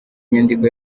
nyandiko